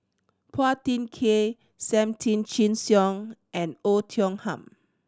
Phua Thin Kiay Sam Tan Chin Siong and Oei Tiong Ham